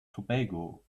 tobago